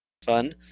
fun